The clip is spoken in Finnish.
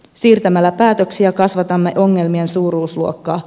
siirtämällä päätöksiä kasvatamme ongelmien suuruusluokkaa